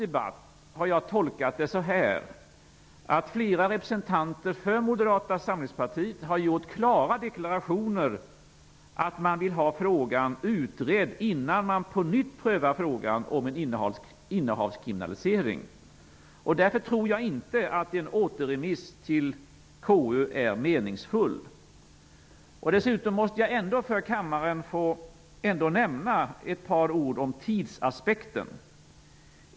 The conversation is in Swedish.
Jag har tolkat dagens debatt som att flera representanter för Moderata samlingspartiet har gjort klara deklarationer om att man vill har frågan om en innehavskriminalisering utredd innan man prövar den på nytt. Därför tror jag inte att en återremiss till KU är meningsfull. Dessutom måste jag få nämna ett par ord om tidsaspekten för kammaren.